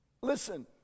Listen